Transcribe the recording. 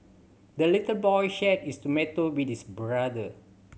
the little boy shared his tomato with his brother